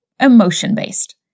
emotion-based